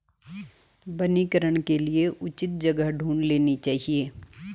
वनीकरण के लिए उचित जगह ढूंढ लेनी चाहिए